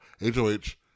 H-O-H